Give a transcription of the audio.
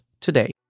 today